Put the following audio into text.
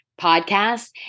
podcast